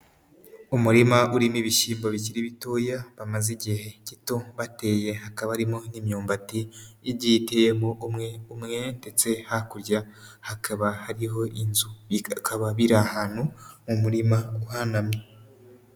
Umurima urimo ibishyimbo bikiri bitoya bamaze igihe gito bateye, hakaba harimo n'imyumbati igiye itiyemo umwe umwe ndetse hakurya hakaba hariho inzu, bikaba biri ahantu mu murima uhanamye.